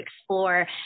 explore